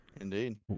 Indeed